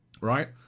Right